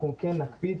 אנחנו כן נקפיד,